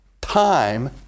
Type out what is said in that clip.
time